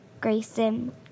Grayson